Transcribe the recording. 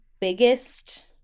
biggest